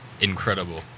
Incredible